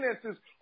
finances